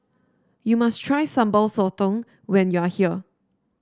you must try Sambal Sotong when you are here